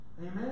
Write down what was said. Amen